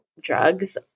drugs